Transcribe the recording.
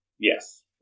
Yes